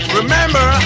remember